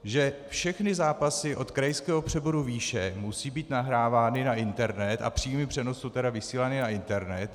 Že všechny zápasy od krajského přeboru výše musí být nahrávány na internet a v přímém přenosu vysílány na internet.